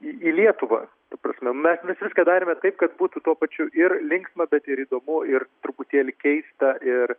į į lietuvą ta prasme mes mes viską darėme taip kad būtų tuo pačiu ir linksma bet ir įdomu ir truputėlį keista ir